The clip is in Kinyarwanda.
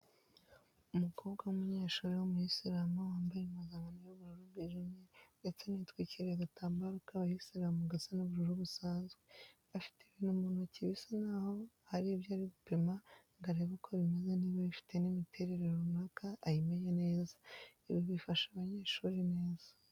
Umukobwa w'umunyeshuri w'umuyisiramu wambaye impuzankano y'ubururu bwijimye ndetse anitwikiriye agatambaro k'abasiramu gasa n'ubururu busanzwe. Afite ibintu mu ntoki bisa n'aho hari ibyo ari gupima ngo arebe uko bimeze niba bifite n'imiterere ruanaka ayimenye neza. Ibi bifasha abanyeshuri neza.